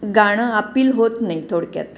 गाणं अपील होत नाही थोडक्यात